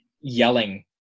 yelling